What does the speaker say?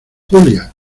julia